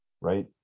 right